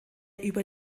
über